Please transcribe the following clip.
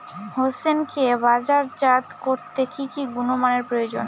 হোসেনকে বাজারজাত করতে কি কি গুণমানের প্রয়োজন?